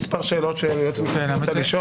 כמה שאלות שהיועץ המשפטי רוצה לשאול.